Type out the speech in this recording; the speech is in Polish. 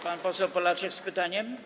Pan poseł Polaczek z pytaniem?